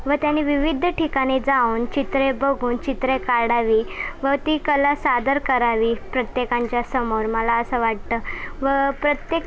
व त्याने विविध ठिकाणी जाऊन चित्रे बघून चित्रे काढावी व ती कला सादर करावी प्रत्येकाच्यासमोर मला असं वाटतं व प्रत्येक